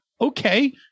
okay